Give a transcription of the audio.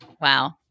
wow